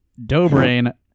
Dobrain